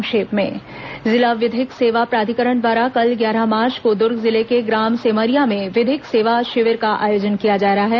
संक्षिप्त समाचार जिला विधिक सेवा प्राधिकरण द्वारा कल ग्यारह मार्च को दूर्ग जिले के ग्राम सेमरिया में विधिक सेवा शिविर का आयोजन किया गया है